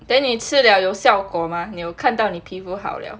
then 你吃了有效果吗你有看到你皮肤好了